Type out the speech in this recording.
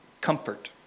comfort